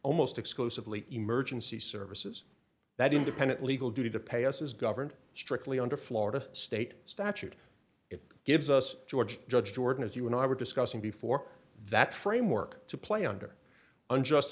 almost exclusively emergency services that independent legal duty to pay us is governed strictly under florida state statute it gives us george judge jordan as you and i were discussing before that framework to play under unjust